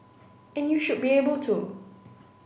and you should be able to